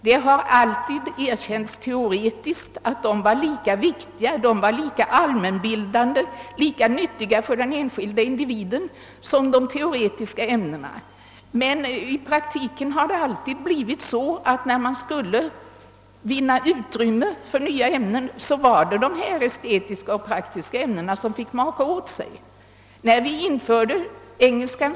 Det har alltid i princip erkänts att dessa är lika viktiga, lika allmänbildande och lika nyttiga för den enskilde individen som de teoretiska ämnena, men i praktiken har det alltid varit de estetiska och praktiska ämnena som fått maka åt sig när man velat vinna utrymme för nya ämnen.